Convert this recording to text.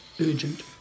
urgent